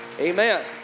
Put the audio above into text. Amen